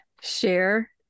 share